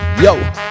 Yo